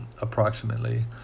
approximately